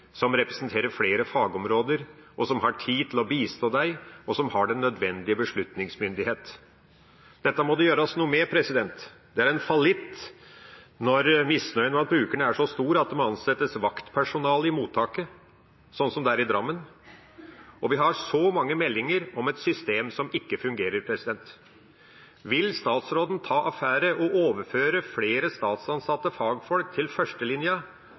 som representerer flere fagområder, som har tid til å bistå en, og som har den nødvendige beslutningsmyndighet. Dette må det gjøres noe med. Det er en fallitt når misnøyen blant brukerne er så stor at det må ansettes vaktpersonale i mottaket, slik det er i Drammen, og vi har så mange meldinger om et system som ikke fungerer. Vil statsråden ta affære og overføre flere statsansatte fagfolk til førstelinja